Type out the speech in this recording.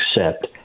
accept